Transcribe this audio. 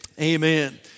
amen